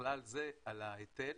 ובכלל זה על ההיטל,